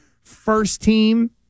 first-team